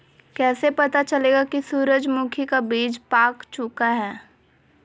कैसे पता चलेगा की सूरजमुखी का बिज पाक चूका है?